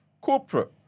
corporate